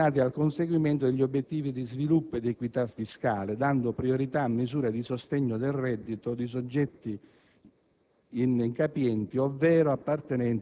che parzialmente lo sono - vanno destinate al conseguimento degli obiettivi di sviluppo e di equità fiscale, dando priorità a misure di sostegno del reddito di soggetti